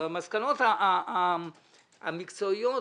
במסקנות המקצועיות